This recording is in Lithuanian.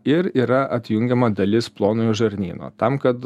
ir yra atjungiama dalis plonojo žarnyno tam kad